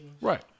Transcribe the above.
Right